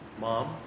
Mom